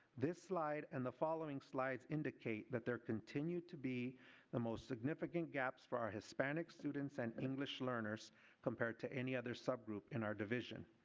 this slide and the following slides indicate there continue to be the most significant gaps for our hispanic students and english learners compared to any other subgroup in our division.